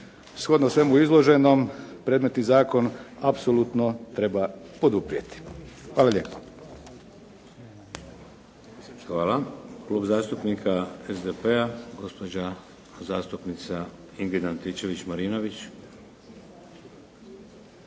Shodno svemu izloženom predmet i zakon apsolutno treba poduprijeti. Hvala lijepa. **Šeks, Vladimir (HDZ)** Hvala. Klub zastupnika SDP-a gospođa zastupnica Ingrid Antičević-Marinović.